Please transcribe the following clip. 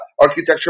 architecture